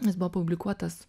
jis buvo publikuotas